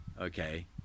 okay